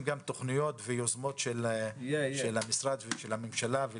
גם תוכניות ויוזמות של המשרד ושל הממשלה.